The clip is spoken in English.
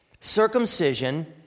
Circumcision